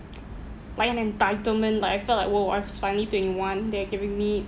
like an entitlement like I felt like !whoa! I've finally twenty one they're giving me